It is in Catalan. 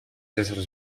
éssers